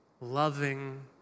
loving